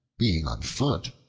being on foot,